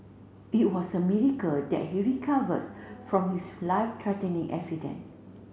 it was a miracle that he recovers from his life threatening accident